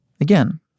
Again